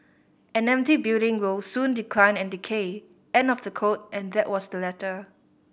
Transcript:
an empty building will soon decline and decay end of the quote and that was the letter